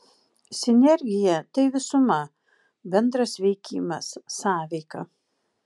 sinergija tai visuma bendras veikimas sąveika